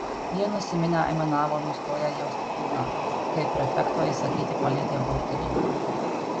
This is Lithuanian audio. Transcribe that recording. jie nusiminę aimanavo nustoję jausti kūną kai prefekto įsakyti palietė burtininką